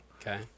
Okay